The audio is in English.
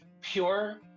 pure